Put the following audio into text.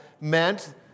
meant